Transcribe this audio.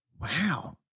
Wow